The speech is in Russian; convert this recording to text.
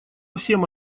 всем